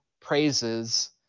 praises